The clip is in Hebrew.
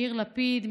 יאיר לפיד.